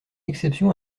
exception